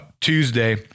Tuesday